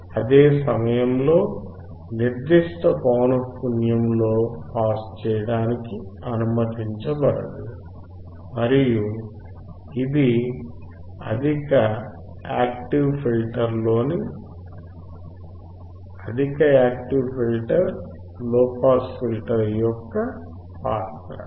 అదే సమయంలో నిర్దిష్ట పౌనఃపున్యంలో పాస్ చేయడానికి అనుమతించబడదు మరియు ఇది అధిక యాక్టివ్ ఫిల్టర్ లోపాస్ ఫిల్టర్ యొక్క పాత్ర